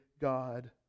God